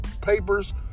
papers